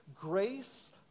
Grace